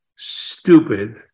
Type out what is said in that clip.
stupid